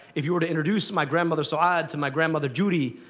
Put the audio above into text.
if you were to introduce my grandmother so ah to my grandmother judy,